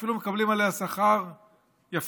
ואפילו מקבלים עליה שכר יפה.